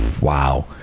Wow